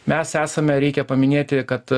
mes esame reikia paminėti kad